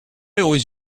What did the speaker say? always